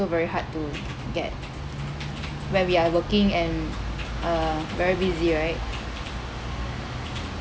very hard to get when we are working and uh very busy right